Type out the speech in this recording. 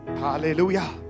hallelujah